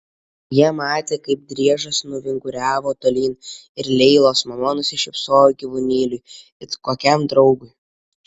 jie matė kaip driežas nuvinguriavo tolyn ir leilos mama nusišypsojo gyvūnėliui it kokiam draugui